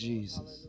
Jesus